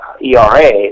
ERA